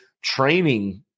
training